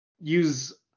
use